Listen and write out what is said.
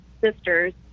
Sisters